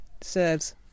serves